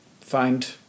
find